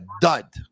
dud